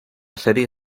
serie